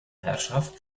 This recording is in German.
herrschaft